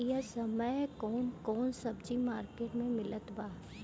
इह समय कउन कउन सब्जी मर्केट में मिलत बा?